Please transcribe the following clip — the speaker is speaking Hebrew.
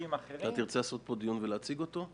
תרצה לעשות פה דיון ולהציג אותו?